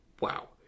Wow